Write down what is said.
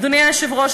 אדוני היושב-ראש,